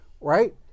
right